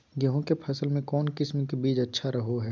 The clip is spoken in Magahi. गेहूँ के फसल में कौन किसम के बीज अच्छा रहो हय?